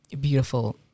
beautiful